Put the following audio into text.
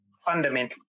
fundamentally